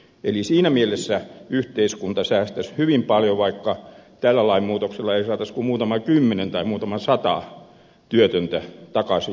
eli siinä mielessä yhteiskunta säästäisi hyvin paljon vaikka tällä lainmuutoksella ei saataisi kuin muutama kymmenen tai muutama sata työtöntä takaisin työelämään